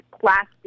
plastic